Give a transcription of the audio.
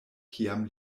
kiam